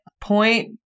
Point